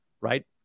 right